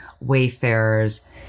wayfarers